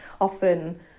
Often